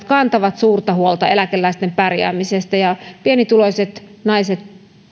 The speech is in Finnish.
kantavat suurta huolta eläkeläisten pärjäämisestä ja pienituloiset ja